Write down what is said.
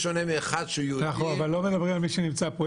אנחנו לא מדברים על מי שנמצא פה.